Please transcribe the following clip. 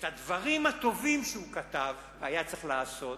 את הדברים הטובים שהוא כתב, והיה צריך לעשות,